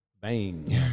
bang